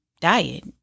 diet